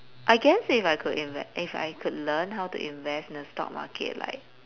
I guess if I could inve~ if I could learn how to invest in the stock market like